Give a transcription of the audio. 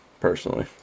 personally